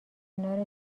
کنار